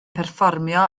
perfformio